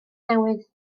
newydd